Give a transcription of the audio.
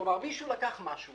כלומר, מישהו לקח משהו